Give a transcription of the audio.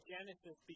Genesis